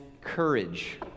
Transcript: courage